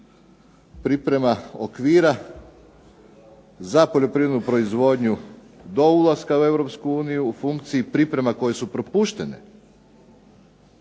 priprema okvira za poljoprivrednu proizvodnju do ulaska u Europsku uniju u funkciji priprema koje su propuštene